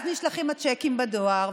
נשלחים הצ'קים בדואר,